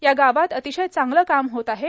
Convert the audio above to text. या गावात अतिशय चांगलं काम होत आहे